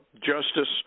Justice